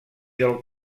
del